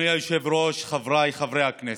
אדוני היושב-ראש, חבריי חברי הכנסת,